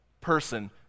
person